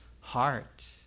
heart